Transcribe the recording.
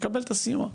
שיקבל את הסיוע.